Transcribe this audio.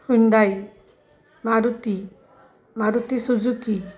Hyundai Maruti Maruti Suzuki